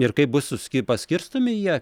ir kaip bus suski paskirstomi jie